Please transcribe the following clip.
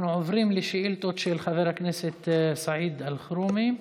אנחנו עוברים לשאילתות של חבר הכנסת סעיד אלחרומי.